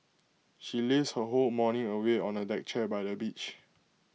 she lazed her whole morning away on A deck chair by the beach